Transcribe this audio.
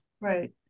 Right